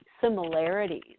similarities